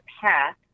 path